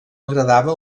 agradava